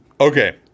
Okay